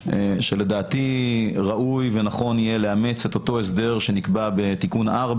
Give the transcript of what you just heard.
לדעתי ראוי ונכון יהיה לאמץ את אותו הסדר שנקבע בתיקון 4